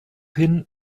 hin